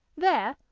there,